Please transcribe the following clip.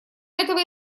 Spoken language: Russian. этого